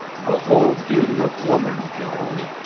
the whole duty of woman, joan,